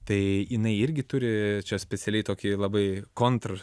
tai jinai irgi turi čia specialiai tokį labai kontr